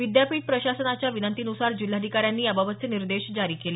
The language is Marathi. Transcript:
विद्यापीठ प्रशासनाच्या विनंतीनुसार जिल्हाधिकाऱ्यांनी याबाबतचे निर्देश जारी केले